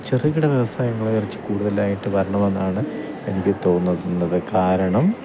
ചെറുകിട വ്യവസായങ്ങള് കുറച്ച് കൂടുതലായിട്ട് വരണമെന്നാണ് എനിക്ക് തോന്നുന്നത് കാരണം